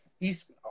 East